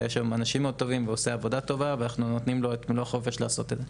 יש שם אנשים מאוד טובים ואנחנו נותנים לו את מלוא החופש לעשות את זה.